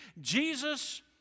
Jesus